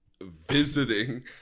visiting